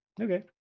Okay